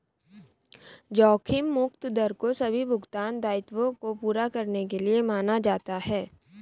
जोखिम मुक्त दर को सभी भुगतान दायित्वों को पूरा करने के लिए माना जाता है